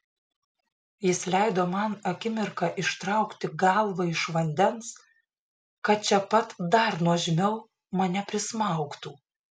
jis leido man akimirką ištraukti galvą iš vandens kad čia pat dar nuožmiau mane prismaugtų